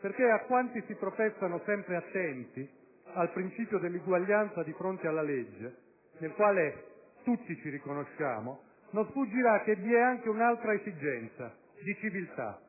Perché a quanti si professano sempre attenti al principio dell'uguaglianza di fronte alla legge, nel quale tutti ci riconosciamo, non sfuggirà che vi è anche un'altra esigenza di civiltà,